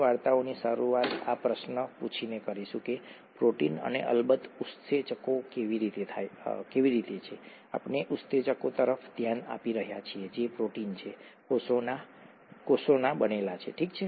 આપણે વાર્તાની શરૂઆત આ પ્રશ્ન પૂછીને કરીશું કે પ્રોટીન અને અલબત્ત ઉત્સેચકો કેવી રીતે છે આપણે ઉત્સેચકો તરફ ધ્યાન આપી રહ્યા છીએ જે પ્રોટીન છે કોષમાં બનેલા છે ઠીક છે